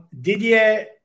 Didier